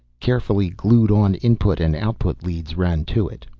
carefully glued-on input and output leads ran to it.